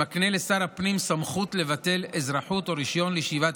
המקנה לשר הפנים סמכות לבטל אזרחות או רישיון לישיבת